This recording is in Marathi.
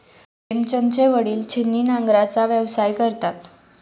प्रेमचंदचे वडील छिन्नी नांगराचा व्यवसाय करतात